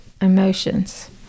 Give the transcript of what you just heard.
emotions